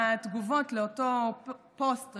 בתגובות על אותו פוסט,